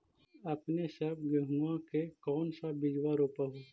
अपने सब गेहुमा के कौन सा बिजबा रोप हू?